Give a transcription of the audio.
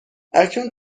اکنون